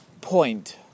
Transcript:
point